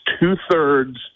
two-thirds